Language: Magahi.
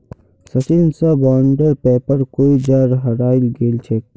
सचिन स बॉन्डेर पेपर कोई छा हरई गेल छेक